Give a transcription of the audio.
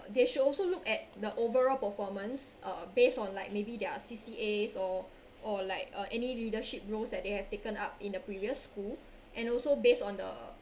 they should also look at the overall performance uh based on like maybe their C_C_As or or like uh any leadership roles that they have taken up in a previous school and also based on the